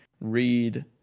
read